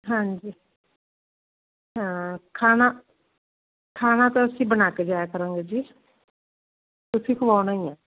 ਹਾਂਜੀ ਹਾਂ ਖਾਣਾ ਖਾਣਾ ਤਾਂ ਅਸੀਂ ਬਣਾ ਕੇ ਜਾਇਆ ਕਰਾਂਗੇ ਜੀ ਤੁਸੀਂ ਖਵਾਉਣਾ ਈ ਐ